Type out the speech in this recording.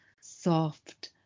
soft